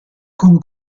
con